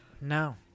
no